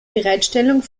bereitstellung